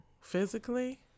physically